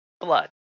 Blood